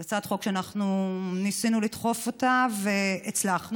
זו הצעת חוק שאנחנו ניסינו לדחוף אותה והצלחנו,